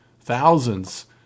thousands